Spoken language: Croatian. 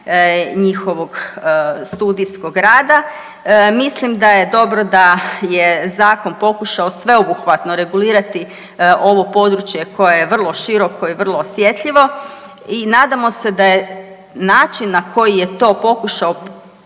njihovog studijskog rada. Mislim da je dobro da je zakon pokušao sveobuhvatno regulirati ovo područje koje je vrlo široko i vrlo osjetljivo i nadamo se da je način na koji je to pokušao